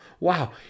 Wow